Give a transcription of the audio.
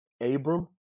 Abram